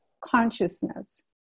consciousness